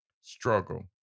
struggle